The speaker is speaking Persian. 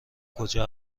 کجا